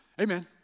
Amen